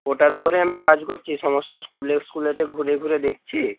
ওটার ওপরে আমি কাজ করছি সমস্ত স্কুলে স্কুলেতে ঘুরে ঘুরে দেখছি